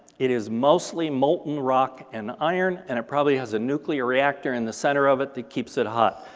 it is mostly molten rock and iron and it probably has a nuclear reactor in the center of it that keeps it hot.